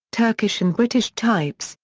turkish and british types,